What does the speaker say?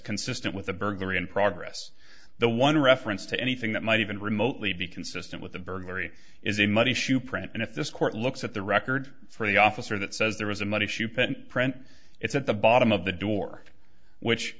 consistent with a burglary in progress the one reference to anything that might even remotely be consistent with a burglary is a muddy shoe print and if this court looks at the record for the officer that says there was a muddy shoe print print it's at the bottom of the door which